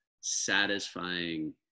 satisfying